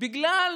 בגלל